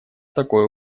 такой